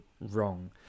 wrong